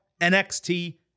NXT